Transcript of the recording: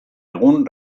egun